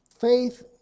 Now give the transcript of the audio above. faith